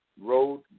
road